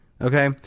Okay